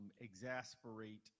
exasperate